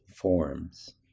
forms